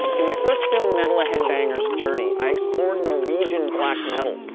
in my first film metal a headbanger's journey, i explored norwegian black metal,